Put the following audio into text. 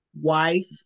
wife